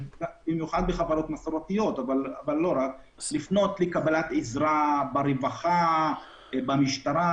במיוחד בחברות מסורתיות לפנות לקבלת עזרה ברווחה ובמשטרה,